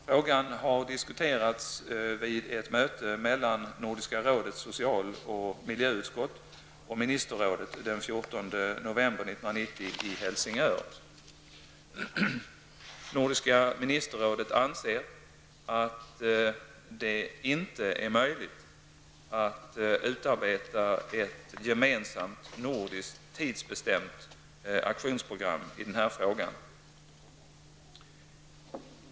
Frågan har diskuterats vid ett möte mellan Nordiska ministerrådet anser att det inte är möjligt att utarbeta ett gemensamt nordiskt tidsbestämt aktionsprogram i den här frågan.